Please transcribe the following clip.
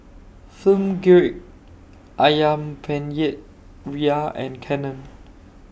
Film Grade Ayam Penyet Ria and Canon